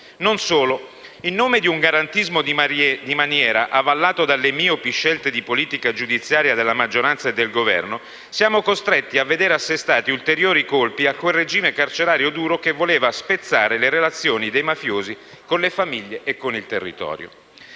Non solo, in nome di un garantismo di maniera, avallato dalle miopi scelte di politica giudiziaria della maggioranza e del Governo, siamo costretti a vedere assestati ulteriori colpi a quel regime carcerario duro che voleva spezzare le relazioni dei mafiosi con famiglie e territorio.